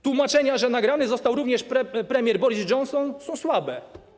Tłumaczenia, że nagrany został również premier Boris Johnson, są słabe.